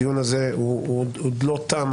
הדיון הזה עוד לא תם.